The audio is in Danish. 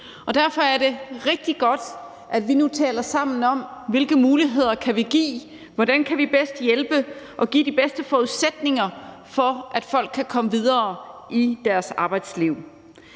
derfor er det rigtig godt, at vi nu taler sammen om, hvilke muligheder vi kan give folk, og hvordan vi bedst kan hjælpe og skabe de bedste forudsætninger for, at folk kan komme videre i deres arbejdsliv.